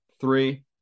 three